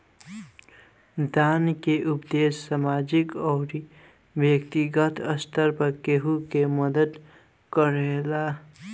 दान के उपदेस सामाजिक अउरी बैक्तिगत स्तर पर केहु के मदद करेला